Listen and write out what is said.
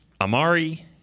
Amari